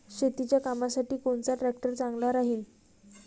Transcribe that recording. शेतीच्या कामासाठी कोनचा ट्रॅक्टर चांगला राहीन?